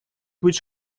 which